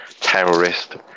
terrorist